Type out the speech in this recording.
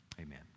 Amen